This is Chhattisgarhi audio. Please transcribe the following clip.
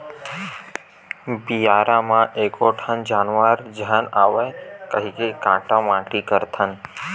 बियारा म एको ठन जानवर झन आवय कहिके काटा माटी करथन